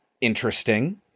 interesting